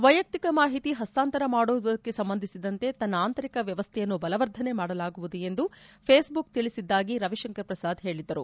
ವೈಯಕ್ತಿಕ ಮಾಹಿತಿ ಹಸ್ತಾಂತರ ಮಾಡುವುದಕ್ಕೆ ಸಂಬಂಧಿಸಿದಂತೆ ತನ್ನ ಆಂತರಿಕ ವ್ಯವಸ್ದೆಯನ್ನು ಬಲವರ್ಧನೆ ಮಾಡಲಾಗುವುದು ಎಂದು ಫೇಸ್ಬುಕ್ ತಿಳಿಸಿದ್ದಾಗಿ ರವಿಶಂಕರ್ ಪ್ರಸಾದ್ ಹೇಳಿದ್ದರು